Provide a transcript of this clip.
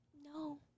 No